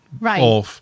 right